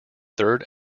third